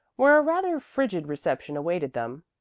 where a rather frigid reception awaited them.